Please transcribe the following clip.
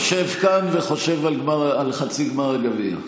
יושב כאן וחושב על חצי גמר הגביע.